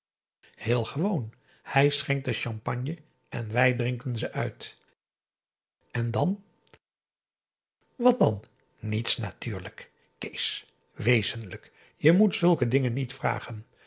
heel gewoon hij schenkt de champagne en wij drinken ze uit en dan wat dan niets natuurlijk kees wezenlijk je moet zulke dingen niet vragen